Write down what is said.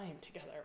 together